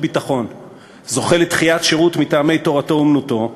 ביטחון זוכה לדחיית שירות מטעמי תורתו-אומנותו,